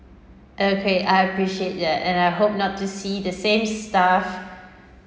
okay I appreciate that and I hope not to see the same staff